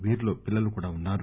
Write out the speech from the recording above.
వీరిలో పిల్లలు కూడా ఉన్నారు